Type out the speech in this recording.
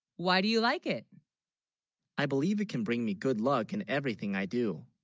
why, do you like it i believe it can, bring me good, luck and everything i do